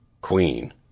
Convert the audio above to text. Queen